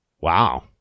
Wow